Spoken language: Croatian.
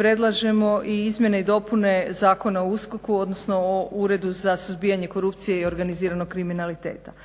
predlažemo i izmjene i dopune Zakona o USKOK-u odnosno o Uredu za suzbijanje korupcije i organiziranog kriminaliteta.